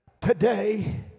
today